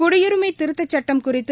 குடியுரிமை திருத்தச் சட்டம் குறித்து